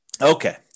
okay